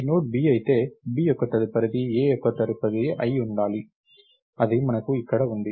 ఈ node B అయితే B యొక్క తదుపరిది A యొక్క తదుపరిది అయి ఉండాలి అది మనకు ఇక్కడ ఉంది